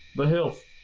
the hills.